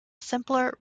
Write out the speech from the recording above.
simpler